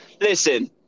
listen